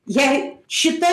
jai šita